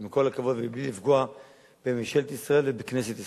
עם כל הכבוד ומבלי לפגוע בממשלת ישראל ובכנסת ישראל.